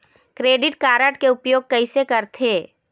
Credit card के उपयोग कैसे करथे?